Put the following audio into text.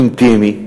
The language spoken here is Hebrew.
אינטימי,